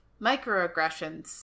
microaggressions